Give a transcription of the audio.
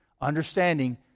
Understanding